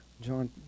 John